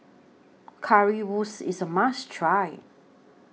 Currywurst IS A must Try